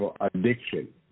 addiction